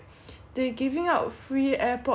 they giving out free airpods hor